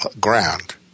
ground